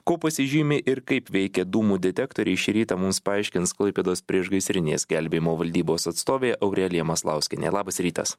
kuo pasižymi ir kaip veikia dūmų detektoriai šį rytą mums paaiškins klaipėdos priešgaisrinės gelbėjimo valdybos atstovė aurelija maslauskienė labas rytas